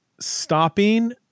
stopping